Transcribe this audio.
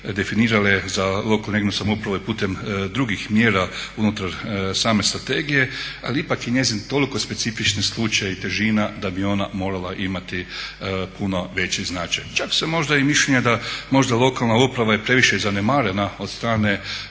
definirale za lokalnu i regionalnu samoupravu i putem drugih mjera unutar same strategije ali ipak je njezin toliko specifični slučaj i težina da bi ona morala imati puno veći značaj. Čak sam možda i mišljenja da možda lokalna uprava je previše zanemarena od strane